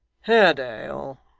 haredale,